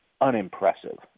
unimpressive